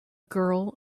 girl